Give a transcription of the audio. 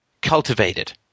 cultivated